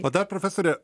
o dar profesore